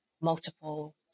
multiple